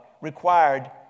required